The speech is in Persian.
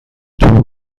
تور